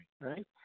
right